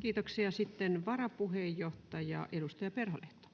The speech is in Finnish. Kiitoksia. — Sitten varapuheenjohtaja, edustaja Perholehto.